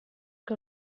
que